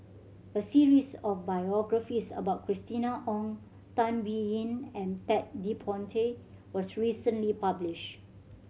a series of biographies about Christina Ong Tan Biyun and Ted De Ponti was recently published